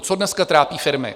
Co dneska trápí firmy?